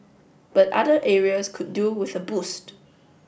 but other areas could do with a boost